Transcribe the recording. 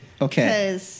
Okay